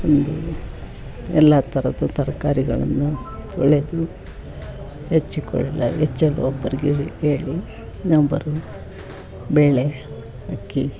ಒಂದು ಎಲ್ಲ ಥರದ ತರಕಾರಿಗಳನ್ನು ತೊಳೆದು ಹೆಚ್ಚಿಕೊಳ್ಳಲು ಹೆಚ್ಚಲು ಒಬ್ಬರಿಗೆ ಹೇಳಿ ಇನ್ನೊಬ್ಬರು ಬೇಳೆ ಅಕ್ಕಿ